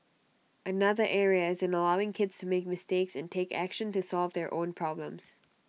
another area is in allowing kids to make mistakes and take action to solve their own problems